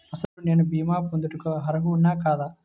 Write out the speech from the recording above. అసలు నేను భీమా పొందుటకు అర్హుడన కాదా?